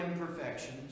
imperfections